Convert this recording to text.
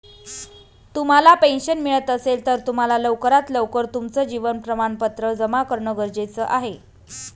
तुम्हाला पेन्शन मिळत असेल, तर तुम्हाला लवकरात लवकर तुमचं जीवन प्रमाणपत्र जमा करणं गरजेचे आहे